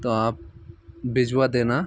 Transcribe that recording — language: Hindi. तो आप भिजवा देना